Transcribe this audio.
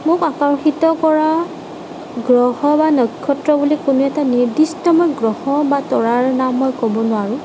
মোক আকৰ্ষিত কৰা গ্ৰহ বা নক্ষত্ৰ বুলি কোনো এটা নিৰ্দিষ্ট মই গ্ৰহ বা তৰাৰ নাম মই ক'ব নোৱাৰোঁ